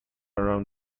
around